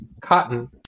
cotton